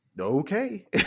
okay